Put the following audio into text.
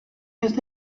nic